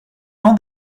all